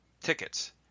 tickets